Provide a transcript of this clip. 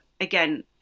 again